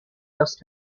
dust